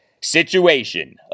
Situation